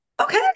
okay